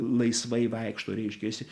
laisvai vaikšto reiškiasi